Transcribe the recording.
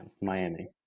Miami